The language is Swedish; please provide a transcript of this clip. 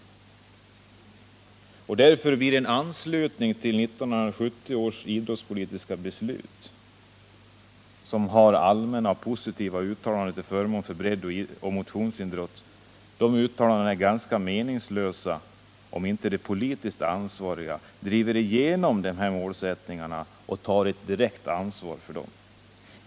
Av den anledningen blir också en anslutning till 1970-års idrottspolitiska beslut, som har allmänna och positiva uttalanden till förmån för breddoch Imotionsidrott, ganska meningslös, om inte de politiskt ansvariga driver genom dessa målsättningar genom att ta ett direkt ansvar.